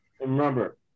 Remember